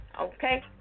okay